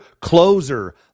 closer